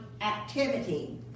activity